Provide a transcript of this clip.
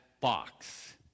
box